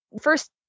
first